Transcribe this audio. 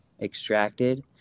extracted